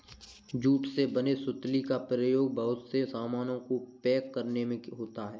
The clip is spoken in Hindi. जूट से बने सुतली का प्रयोग बहुत से सामानों को पैक करने में होता है